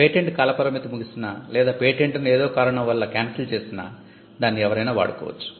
patent కాలపరిమితి ముగిసినా లేదా పేటెంట్ ను ఏదో కారణం వల్ల కేన్సిల్ చేసినా దాన్ని ఎవరైనా వాడుకోవచ్చు